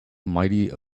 mighty